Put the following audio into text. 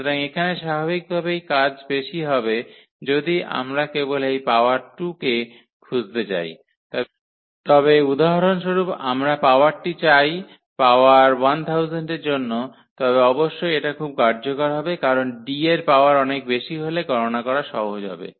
সুতরাং এখানে স্বাভাবিকভাবেই কাজ বেশি হবে যদি আমরা কেবল এই পাওয়ার 2 কে খুঁজতে চাই তবে উদাহরণস্বরূপ আমরা পাওয়ারটি চাই পাওয়ার 1000 এর জন্য তবে অবশ্যই এটা খুব কার্যকর হবে কারণ D এর পাওয়ার অনেক বেশী হলে গণনা করা সহজ হবে